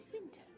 Winter